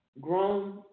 grown